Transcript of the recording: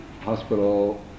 hospital